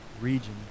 region